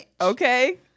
Okay